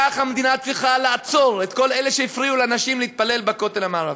כך המדינה צריכה לעצור את כל אלה שהפריעו לנשים להתפלל בכותל המערבי.